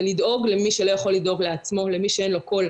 זה לדאוג למי שלא יכול לדאוג לעצמו ולמי שאין לו קול,